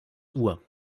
uhr